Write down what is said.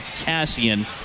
Cassian